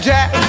Jack